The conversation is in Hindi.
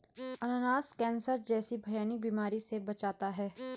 अनानास कैंसर जैसी भयानक बीमारी से बचाता है